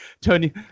Tony